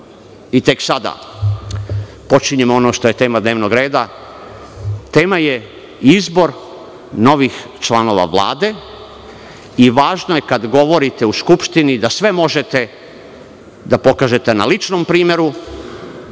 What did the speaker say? i tek sada počinjemo ono što je tema dnevnog reda. Tema je izbor novih članova Vlade i važno je, kada govorite u Skupštini, da sve možete da pokažete na ličnom primeru,